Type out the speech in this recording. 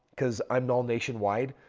because i'm nomination wide.